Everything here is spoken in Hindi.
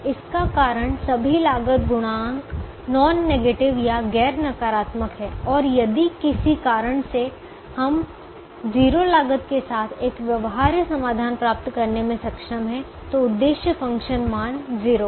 इसका कारण सभी लागत गुणांक नॉन नेगेटिव या गैर नकारात्मक हैं और यदि किसी कारण से हम 0 लागत के साथ एक व्यवहार्य समाधान प्राप्त करने में सक्षम हैं तो उद्देश्य फ़ंक्शन मान 0 है